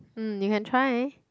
mm you can try